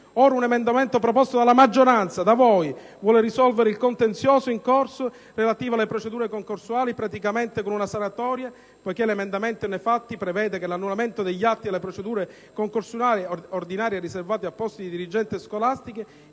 Ora, un emendamento proposto dalla maggioranza, da voi, vuole risolvere il contenzioso in corso relativo alle procedure concorsuali praticamente con una sanatoria, poiché l'emendamento, nei fatti, prevede che l'annullamento degli atti delle procedure concorsuali ordinarie e riservate a posti di dirigente scolastico